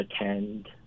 attend